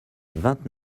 vingt